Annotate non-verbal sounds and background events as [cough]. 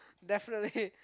definitely [laughs]